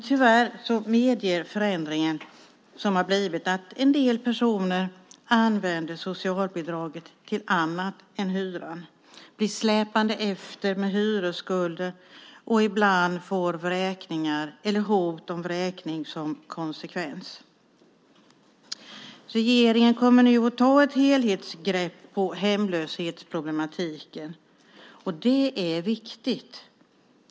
Tyvärr medger den förändring som har blivit att en del personer använder socialbidraget till annat än hyra, blir släpande efter med hyresskulder och ibland får vräkning eller hot om vräkning som konsekvens. Regeringen kommer nu att ta ett helhetsgrepp på hemlöshetsproblematiken, och det är viktigt.